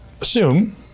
assume